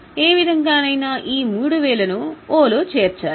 ఏ విధంగానైనా ఈ 3000 ను ఓ లో చేర్చాలి